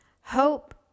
Hope